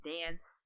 dance